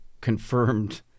confirmed